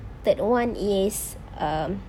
third one is err